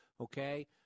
okay